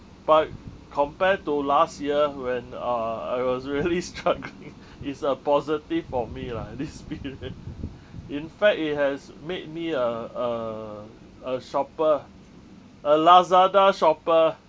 but compared to last year when uh I was really struggling is a positive for me lah this period in fact it has made me a a a shopper a lazada shopper